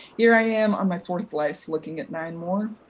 here i am on my fourth life looking at nine more?